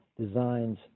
designs